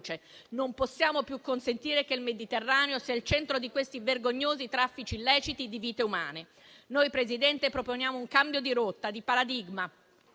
Non possiamo più consentire che il Mediterraneo sia il centro di questi vergognosi traffici illeciti di vite umane. Noi, signor Presidente, proponiamo un cambio di rotta, di paradigma,